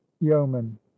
yeoman